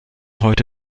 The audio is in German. heute